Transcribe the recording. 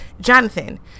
Jonathan